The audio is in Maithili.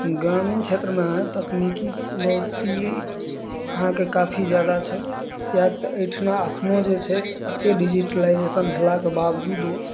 ग्रामीण क्षेत्रमे तकनीकी चुनौती अहाँके काफी जादा छै किएक तऽ अहिठाम अखनो जे छै से अतेक डिजिटलाइजेशन भेलाके बावजूद ओ